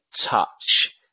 touch